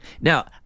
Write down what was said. Now